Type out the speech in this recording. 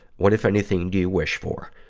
what, if anything, do you wish for?